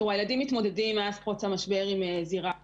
הילדים מתמודדים מאז פרוץ המשבר עם זירה חדשה,